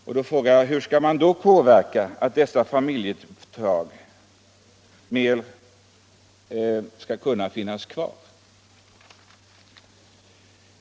Jag vill fråga: Hur skall man kunna göra det lättare för dessa småföretag att kvarstå som självständiga företag?